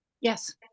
Yes